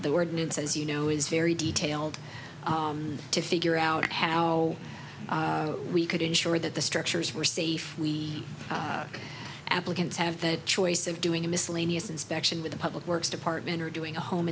the ordinance as you know is very detailed to figure out how we could ensure that the structures were safe we applicants have the choice of doing a miscellaneous inspection with a public works department or doing a home